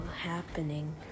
happening